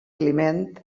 climent